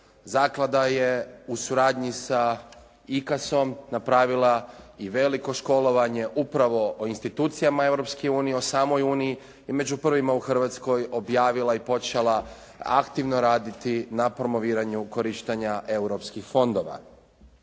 Zaklada je u suradnji sa IKAS-om napravila i veliko školovanje upravo o institucijama Europske unije, o samoj uniji i među prvima u Hrvatskoj objavila i počela aktivno raditi na promoviranju korištenja europskih fondova.